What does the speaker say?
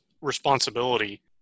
responsibility